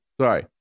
sorry